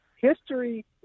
History